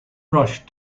rushed